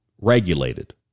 regulated